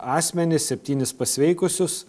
asmenis septynis pasveikusius